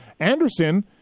Anderson